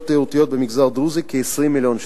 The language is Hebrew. תיירותיות במגזר הדרוזי כ-20 מיליון שקל.